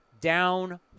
Down